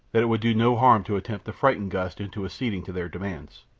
that it would do no harm to attempt to frighten gust into acceding to their demands,